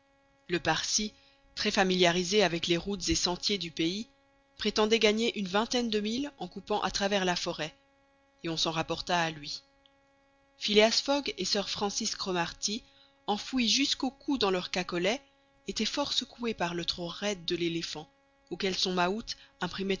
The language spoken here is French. le parsi très familiarisé avec les routes et sentiers du pays prétendait gagner une vingtaine de milles en coupant à travers la forêt et on s'en rapporta à lui phileas fogg et sir francis cromarty enfouis jusqu'au cou dans leurs cacolets étaient fort secoués par le trot raide de l'éléphant auquel son